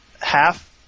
half